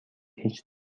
هیچ